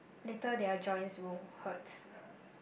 later their joints will hurt